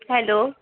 hello